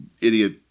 idiot